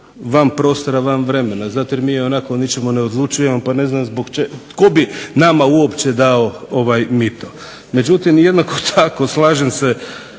van prostora i van vremena zato jer mi ionako o ničemu ne odlučujemo pa ne znam tko bi nama uopće dao mito. Međutim, jednako tako slažem se